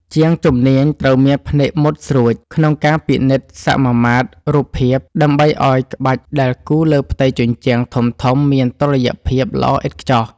ជាងជំនាញត្រូវមានភ្នែកមុតស្រួចក្នុងការពិនិត្យសមាមាត្ររូបភាព ដើម្បីឱ្យក្បាច់ដែលគូរលើផ្ទៃជញ្ជាំងធំៗមានតុល្យភាពល្អឥតខ្ចោះ។